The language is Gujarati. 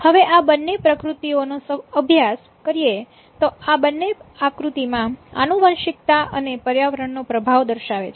હવે આ બંને આકૃતિઓનો અભ્યાસ કરીએ તો આ બંને આકૃતિમાં આનુવંશિકતા અને પર્યાવરણ નો પ્રભાવ દર્શાવે છે